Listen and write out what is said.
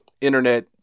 internet